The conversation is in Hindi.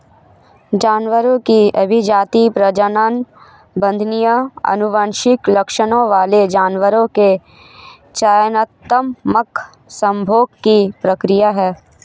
जानवरों की अभिजाती, प्रजनन वांछनीय आनुवंशिक लक्षणों वाले जानवरों के चयनात्मक संभोग की प्रक्रिया है